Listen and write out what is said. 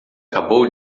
acabou